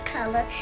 color